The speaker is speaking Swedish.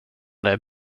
där